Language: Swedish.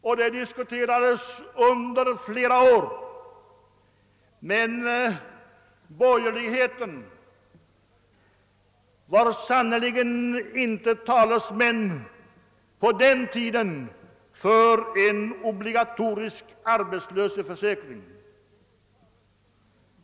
Den frågan diskuterades under flera år under 20 och 30-talet men borgerligheten var sannerligen inte på den tiden talesman för en obligatorisk arbetslöshetsförsäkring.